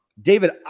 David